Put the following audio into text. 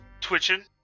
twitching